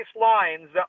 lines